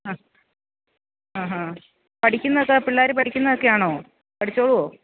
ആ ആ ഹാ ഹ പഠിക്കുന്നതൊക്കെ പിള്ളേർ പഠിക്കുന്നതൊക്കെ ആണോ പഠിച്ചോളുവോ